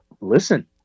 listen